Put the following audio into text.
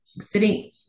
sitting